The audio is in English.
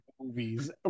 Movies